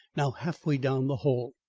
now half way down the hall.